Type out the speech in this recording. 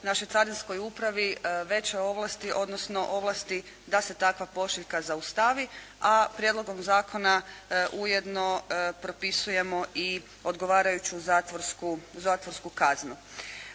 našoj carinskoj upravi veće ovlasti odnosno ovlasti da se takva pošiljka zaustavi, a prijedlogom ovog zakona ujedno propisujemo i odgovarajuću zatvorsku kaznu.